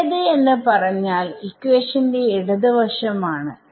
പഴയത് എന്ന് പറഞ്ഞാൽ ഇക്വേഷന്റെ ഇടത് വശം ആണ്